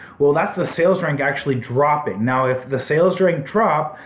well that's the sales rank actually dropping. now if the sales rank drop,